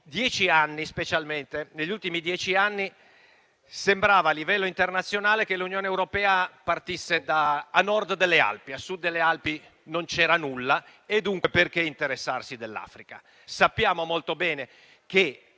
negli ultimi dieci anni sembrava, a livello internazionale, che l'Unione europea partisse a nord delle Alpi. A sud delle Alpi non c'era nulla e dunque perché interessarsi dell'Africa?